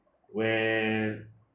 when